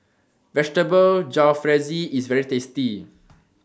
Vegetable Jalfrezi IS very tasty